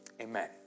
Amen